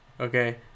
Okay